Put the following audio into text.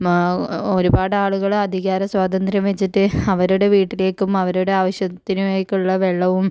മ ഒരുപാട് ആളുകള് അധികാര സ്വാതന്ത്ര്യം വച്ചിട്ട് അവരുടെ വീട്ടിലേക്കും അവരുടെ ആവശ്യത്തിനേക്കുള്ള വെള്ളവും